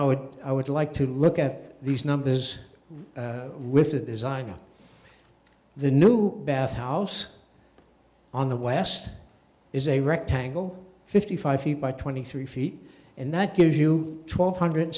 would i would like to look at these numbers with the design of the new bath house on the west is a rectangle fifty five feet by twenty three feet and that gives you twelve hundred